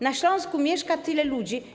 Na Śląsku mieszka tyle ludzi.